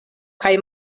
kaj